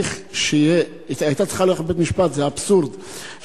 זה אבסורד,